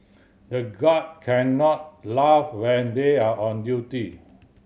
the guard cannot laugh when they are on duty